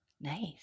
Nice